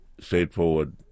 straightforward